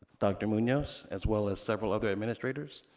dr. munoz, as well as several other administrators.